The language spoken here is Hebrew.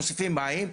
מוסיפים מים,